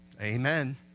Amen